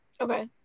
Okay